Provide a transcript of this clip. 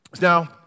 Now